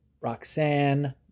Roxanne